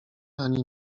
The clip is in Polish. ani